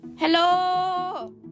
Hello